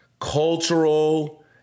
cultural